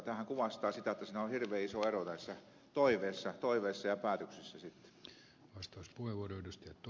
tämähän kuvastaa sitä jotta on hirveä iso ero näissä toiveissa ja päätöksissä sitten